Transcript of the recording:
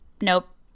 nope